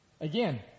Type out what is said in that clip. Again